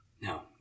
No